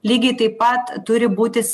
lygiai taip pat turi būti